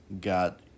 got